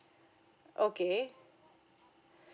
okay